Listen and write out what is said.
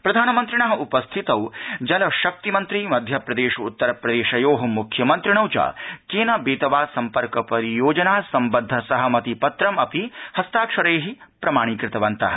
प्रधानमन्त्रिणः उपस्थितौ जलशक्तिमन्त्रीमध्यप्रदेश उत्तरप्रदेशयोमुख्यमन्त्रिणौ च केन बेतवा सम्पर्कपरियोजना संबद्ध सहमतिपत्रम् अपि हस्ताक्षरैकृतवन्तः